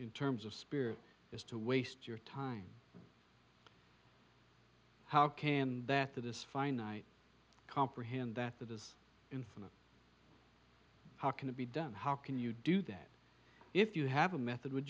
in terms of spirit is to waste your time how can that this finite comprehend that that is infinite how can it be done how can you do that if you have a method would